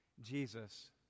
Jesus